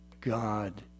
God